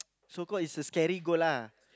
so called is a scary goat lah